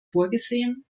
vorgesehen